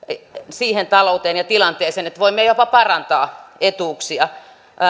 siihen talouteen ja tilanteeseen että voimme jopa parantaa etuuksia